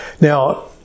Now